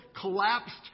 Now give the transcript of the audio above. collapsed